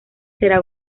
será